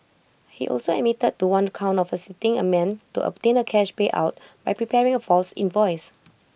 he also admitted to one count of assisting A man to obtain A cash payout by preparing A false invoice